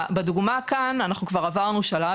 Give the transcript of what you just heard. בדוגמה כאן אנחנו כבר עברנו שלב,